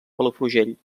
palafrugell